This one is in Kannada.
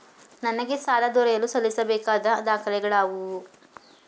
ನನಗೆ ಸಾಲ ದೊರೆಯಲು ಸಲ್ಲಿಸಬೇಕಾದ ದಾಖಲೆಗಳಾವವು?